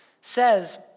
says